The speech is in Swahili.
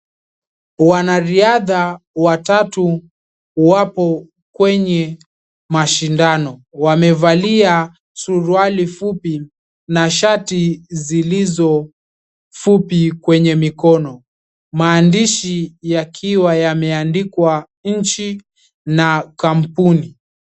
Wanariadha watatu wapo kwenye mashindano wamevalia suruali fupi na shati zilizo fupi kwenye mikono, maandishi yakiwa yameandikwa nchi na kampuni.